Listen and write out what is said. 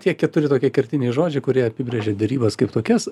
tie keturi tokie kertiniai žodžiai kurie apibrėžia derybas kaip tokias